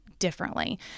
Differently